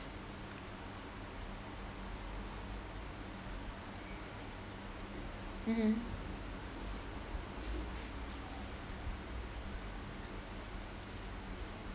mmhmm